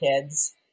kids